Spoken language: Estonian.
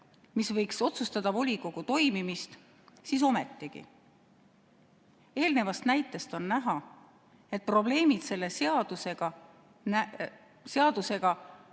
mis võiks otsustada volikogu toimimist, siis ometigi, eelnevast näitest on näha, et probleemid selle seadusega